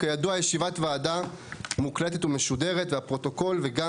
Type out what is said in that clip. "כידוע ישיבת ועדה מוקלטת ומשודרת והפרוטוקול וגם